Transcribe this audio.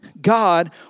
God